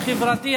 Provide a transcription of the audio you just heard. החברתי,